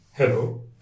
Hello